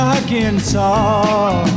Arkansas